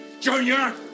Junior